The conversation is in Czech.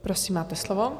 Prosím, máte slovo.